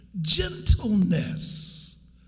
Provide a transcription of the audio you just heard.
gentleness